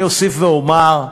אני אוסיף ואומר,